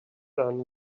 done